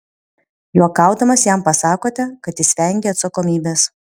juokaudamas jam pasakote kad jis vengia atsakomybės